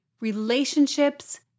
Relationships